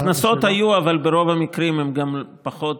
הקנסות היו, אבל ברוב המקרים הם גם פחות.